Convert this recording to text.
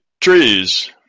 trees